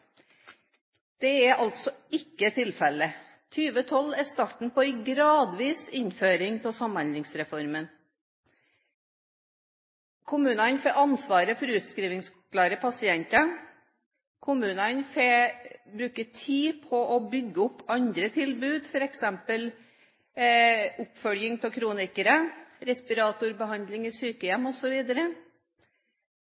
Det er altså ikke tilfellet. 2012 er starten på en gradvis innføring av Samhandlingsreformen. Kommunene får ansvaret for utskrivingsklare pasienter. Kommunene får bruke tid på å bygge opp andre tilbud, f.eks. oppfølging av kronikere, respiratorbehandling i